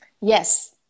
Yes